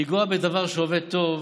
לנגוע בדבר שעובד טוב,